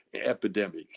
epidemic